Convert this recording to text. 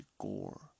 gore